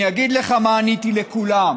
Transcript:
אני אגיד לך מה עניתי לכולם.